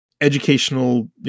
educational